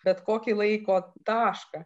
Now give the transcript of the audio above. bet kokį laiko tašką